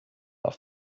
auf